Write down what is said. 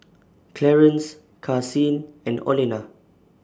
Clarence Karsyn and Olena